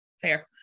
fair